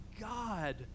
God